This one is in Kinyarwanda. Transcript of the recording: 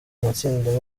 matsinda